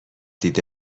دید